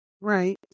Right